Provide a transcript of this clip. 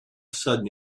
sudden